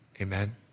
Amen